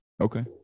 Okay